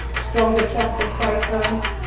stronger tropical cyclones,